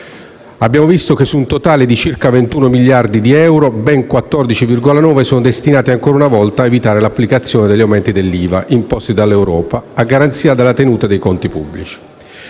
abbiamo visto che su un totale di circa 21 miliardi di euro, ben 14,9 sono destinati ancora una volta a evitare l'applicazione degli aumenti dell'IVA imposti dall'Europa a garanzia della tenuta dei conti pubblici.